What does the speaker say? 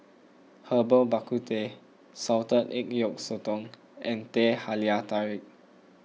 Herbal Bak Ku Teh Salted Egg Yolk Sotong and Teh Halia Tarik